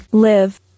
Live